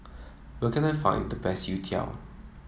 where can I find the best Youtiao